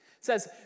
says